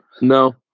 No